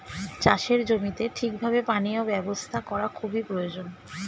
চাষের জমিতে ঠিক ভাবে পানীয় ব্যবস্থা করা খুবই প্রয়োজন